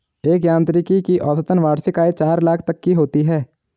एक यांत्रिकी की औसतन वार्षिक आय चार लाख तक की होती है